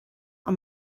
ond